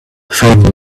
find